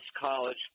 college